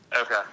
Okay